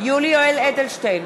יולי יואל אדלשטיין,